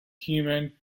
human